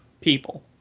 people